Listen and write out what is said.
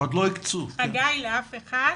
לאף אחד?